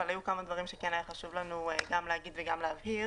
אבל היו כמה דברים שכן היה חשוב לנו גם להגיד וגם להבהיר.